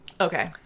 Okay